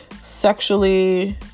sexually